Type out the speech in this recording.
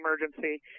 emergency